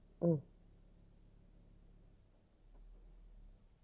oh